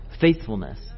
faithfulness